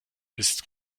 ist